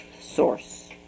source